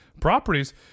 properties